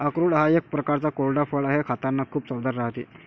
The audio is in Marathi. अक्रोड हा एक प्रकारचा कोरडा फळ आहे, खातांना खूप चवदार राहते